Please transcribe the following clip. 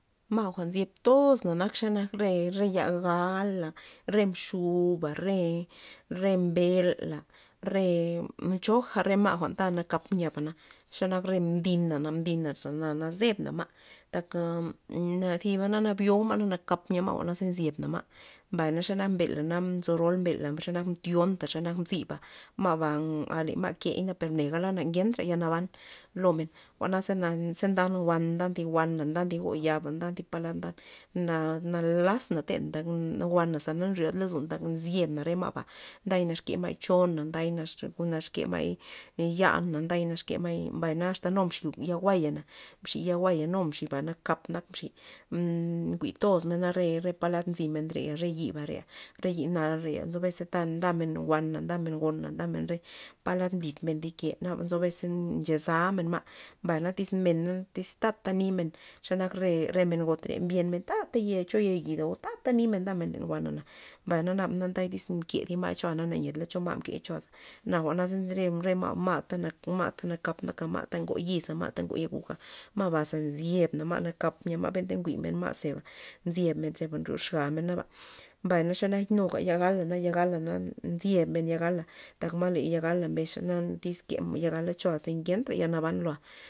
Ma' jwa'n nzyeb tozna nak xe nak re- re ya gala, re mxuba, re- re mbela', re ee choja re ma' jwa'n ta nakap nyaba xa nak re mdina, mdina zana na nzebna ma' ntaka na naziba nabyo'uta ma na kap nya ma' jwa'na znyebna ma', mbay xe nak mbela' na nzo rol mbela' xe nak mtyonta' xe nak mxiba' ba ale ma' nkey per ne'gala ya na ngentra yal naban lo men, jwa'na za ndan thi wan ndan o ndan thi go ya'ba ndan thi plo thi lad ndan na- nalax na tenn- tak wanaza na ryot lozon tak nzyebna re ma'ba nday naxke ma'y chona nday na ze naxke ma'y yan nday naxke ma'y, mbay asta nu mbux ya jwua'ya mxi ya jwua'ya nu mxiba nakap nak mxi ndo jwi tozmena re- re palad nzy menre re yiba' re yi nalre'a nzo bes ta ndamen wana ndamen ndamen ngon ndamen re palad nlitmen thi ke naba nzo bes ncha zamen ma', mbay na tyz men na tyz tata nimen xa nak re- re men gotre mbyen men ta'ta cho eyida o ta nimen ndamen lo wana'na, mbay naba na nda tyz mke ti ma'y cho'a a na nyedla cho ma' mkey choa'za na jwa'na ze re- re ma' ta ma' ta kap nak ma' ta ngo yiz ma' ta ngo yaguj ba ma' za nzyebna ma' nakap yia'ma' njwi'men ma'za nzyebmen zeba nryoxamen naba, mbay xe nak nuga ya gal na ya gala na nzyeb men yagala tak ma le yagala mbesxa na tyz ke yalaga cho'aza ngentra yal naban lo'a.